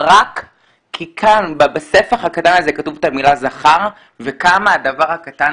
רק כי כאן בספח הקטן הזה כתוב את המילה זכר וכמה הדבר הקטן